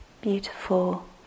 beautiful